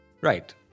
Right